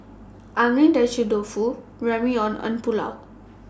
Dofu Ramyeon and Pulao